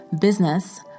business